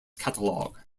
catalog